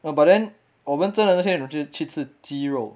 no but then 我们真的一些人去吃鸡肉